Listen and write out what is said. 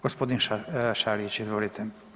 Gospodin Šarić izvolite.